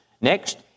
Next